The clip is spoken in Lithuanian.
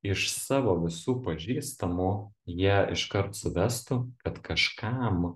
iš savo visų pažįstamų jie iškart suvestų kad kažkam